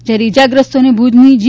જ્યારે ઇજાગ્રસ્તોને ભૂજની જી